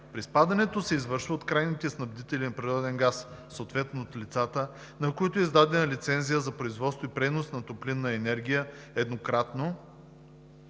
Приспадането се извършва от крайните снабдители на природен газ, съответно от лицата, на които е издадена лицензия за производство и пренос на топлинна енергия, еднократно.